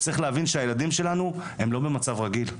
צריך להבין שהילדים שלנו הם לא במצב רגיל.